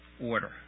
order